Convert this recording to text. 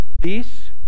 Peace